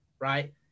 right